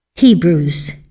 Hebrews